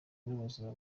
n’ubuzima